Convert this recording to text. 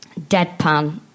deadpan